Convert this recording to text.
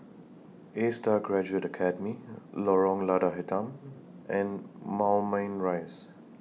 ASTAR Graduate Academy Lorong Lada Hitam and Moulmein Rise